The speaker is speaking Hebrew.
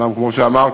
אומנם כמו שאמרת,